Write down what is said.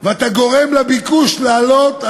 ואנחנו נמשיך ליישם את האחריות שהטילו עלינו אזרחי